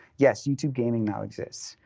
yes, youtube gaming now exists.